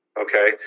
Okay